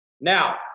Now